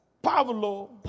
Pablo